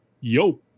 Yo